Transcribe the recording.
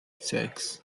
six